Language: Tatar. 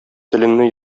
телеңне